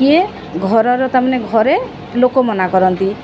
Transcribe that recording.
କିଏ ଘରର ତାମାନେ ଘରେ ଲୋକ ମନା କରନ୍ତି